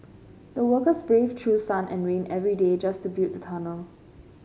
the workers braved through sun and rain every day just to build the tunnel